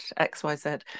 xyz